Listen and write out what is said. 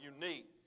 unique